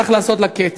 וצריך לעשות לה קץ.